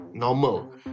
Normal